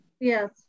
Yes